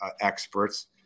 experts